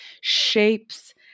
shapes